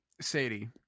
Sadie